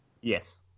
Yes